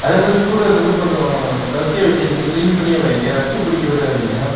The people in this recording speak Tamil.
அதே மாதிரி ஸ்க்ரூ ட்ரைவர்ஸ் வந்து கொஞ்சம் டர்ட்டி வைக்காதிங்க க்ளீன் பண்ணியே வைங்க ரஸ்ட்டு பிடிக்க விடாதீங்க